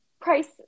price